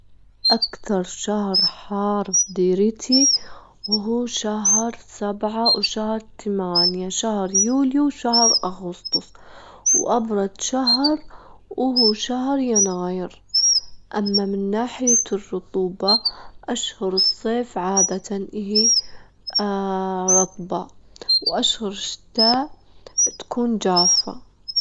اكتر شهر حار في ديريتي، هو شهر سبعة وشهر تمانية، شهر يوليو وشهر أغسطس، وأبرد شهر هو شهر يناير، أما من ناحية الرطوبة أشهر الصيف عادةً إهي رطبة، وأشهر الشتا تكون جافة.